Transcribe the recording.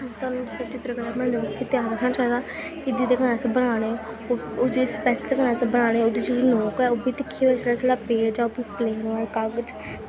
सानूं चित्तरकला बनांदे मौके ध्यान रक्खना चाहिदा कि जेह्दे कन्नै अस बनाऽ ने ओह् जिस पैंसल कन्नै अस बनाऽ ने ओह्दी जेह्ड़ी नोक ऐ ओह् बी दिक्खियै और जेह्ड़ा साढ़ा पेज ऐ ओह् बी प्लेन होऐ कागज